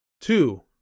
Two